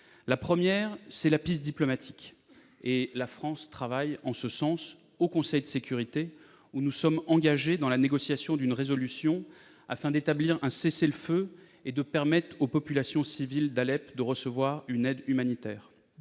La première est la voie diplomatique. La France travaille en ce sens au sein du Conseil de sécurité de l'ONU, où nous sommes engagés dans la négociation d'une résolution, afin d'établir un cessez-le-feu et de permettre aux populations civiles d'Alep de recevoir une aide humanitaire.